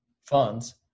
funds